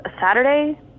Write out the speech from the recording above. Saturday